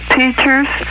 teachers